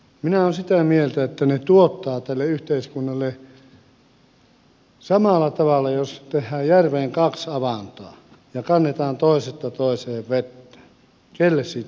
minä olen sitä mieltä että ne tuottavat tälle yhteiskunnalle samalla tavalla kuin jos tehdään järveen kaksi avantoa ja kannetaan toisesta toiseen vettä kenelle siitä on mitään hyötyä